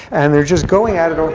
and they're just going at it. um